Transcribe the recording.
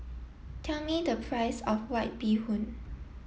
tell me the price of White Bee Hoon